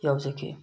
ꯌꯥꯎꯖꯈꯤ